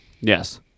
Yes